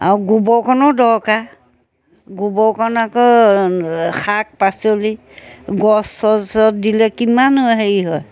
আৰু গোবৰকণো দৰকাৰ গোবৰকণ আকৌ শাক পাচলি গছ চছত চিলে কিমান হেৰি হয়